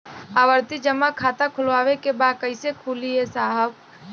आवर्ती जमा खाता खोलवावे के बा कईसे खुली ए साहब?